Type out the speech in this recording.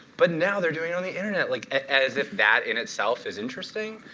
but now they're doing it on the internet. like as if that in itself is interesting.